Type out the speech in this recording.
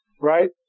right